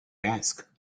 ask